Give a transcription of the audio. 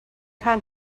kha